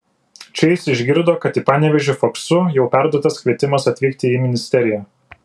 čia jis išgirdo kad į panevėžį faksu jau perduotas kvietimas atvykti į ministeriją